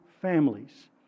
families